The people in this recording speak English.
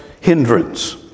hindrance